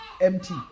empty